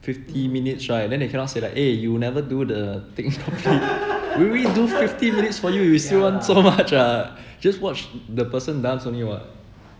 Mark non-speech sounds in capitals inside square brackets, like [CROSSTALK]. fifty minutes right and then they cannot say like eh you never do the thing [LAUGHS] really do fifteen minutes for you you still want so [LAUGHS] much ah just watch the person dance only [what]